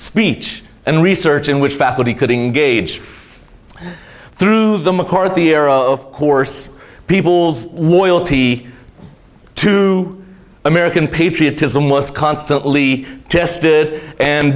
speech and research in which faculty could engage through the mccarthy era of course people's loyalty to american patriotism was constantly tested and